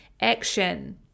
action